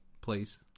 Please